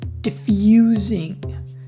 diffusing